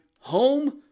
home